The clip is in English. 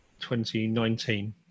2019